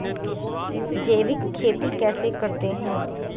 जैविक खेती कैसे करते हैं?